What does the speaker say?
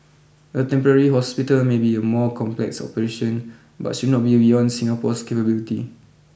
a temporary hospital may be a more complex operation but should not be beyond Singapore's capability